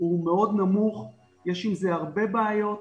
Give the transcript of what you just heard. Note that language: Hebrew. הוא מאוד נמוך, יש עם זה הרבה בעיות.